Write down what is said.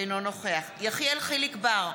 אינו נוכח יחיאל חיליק בר,